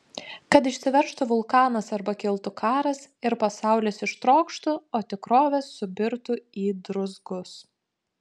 kad išsiveržtų vulkanas arba kiltų karas ir pasaulis ištrokštų o tikrovė subirtų į druzgus